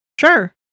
Sure